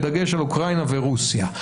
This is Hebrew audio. בדגש על אוקראינה ורוסיה.